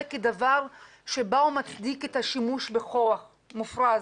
כדבר שבא ומצדיק את השימוש בכוח מופרז,